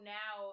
now